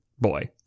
boy